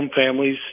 families